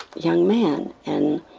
young man, and